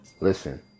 Listen